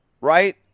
Right